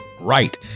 Right